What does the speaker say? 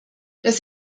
das